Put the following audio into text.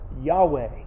Yahweh